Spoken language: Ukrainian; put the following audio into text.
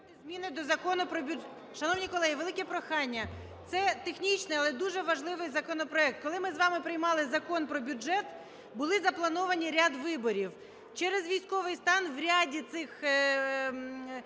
зміни до Закону про бюджет… Шановні колеги, велике прохання, це технічний, але дуже важливий законопроект. Коли ми з вами приймали Закон про бюджет, був запланований ряд виборів. Через військовий стан в ряді цих